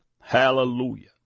Hallelujah